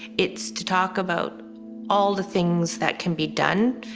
it's to talk about all the things that can be done.